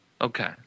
Okay